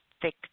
Thick